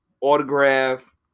autograph